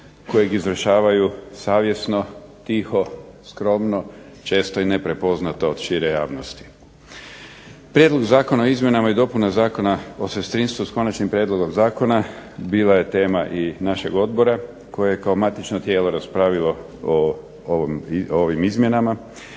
kojeg izvršavaju savjesno, tiho, skromno često i neprepoznato od šire javnosti. Prijedlog Zakona o izmjenama i dopunama Zakona o sestrinstvu s konačnim prijedlogom zakona bila je tema i našeg odbora koje je kao matično tijelo raspravilo o ovim izmjenama.